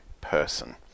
person